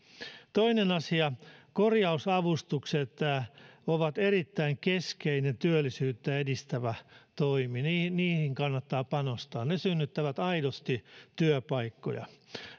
toinen asia korjausavustukset ovat erittäin keskeinen työllisyyttä edistävä toimi niihin kannattaa panostaa ne synnyttävät aidosti työpaikkoja